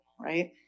right